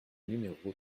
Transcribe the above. numéro